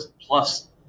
plus